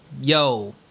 Yo